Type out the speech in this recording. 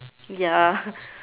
ya